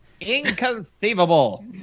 Inconceivable